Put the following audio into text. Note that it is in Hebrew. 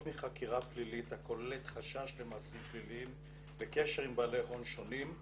מחקירה פלילית הכוללת חשש למעשים פליליים וקשר עם בעלי הון שונים,